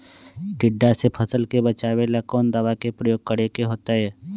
टिड्डा से फसल के बचावेला कौन दावा के प्रयोग करके होतै?